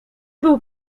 był